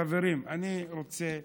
חברים, אני רוצה לסיים.